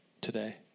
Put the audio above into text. today